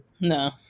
No